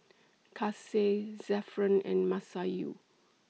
Kasih Zafran and Masayu